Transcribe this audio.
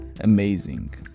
amazing